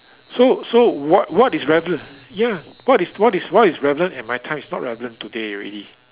so so what what is relevant ya what is what is what is relevant at my time is not relevant today already